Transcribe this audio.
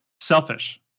selfish